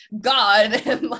God